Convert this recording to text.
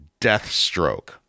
Deathstroke